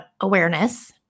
awareness